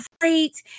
great